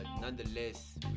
nonetheless